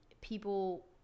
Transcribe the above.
people